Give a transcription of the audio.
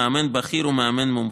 מאמן בכיר ומאמן מומחה.